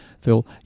Phil